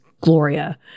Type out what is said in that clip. Gloria